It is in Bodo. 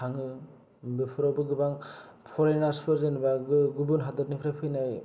थाङो बेफोरावबो गोबां परेनार्सफोर जेन'बा गुबुन हादरनिफ्राय फैनाय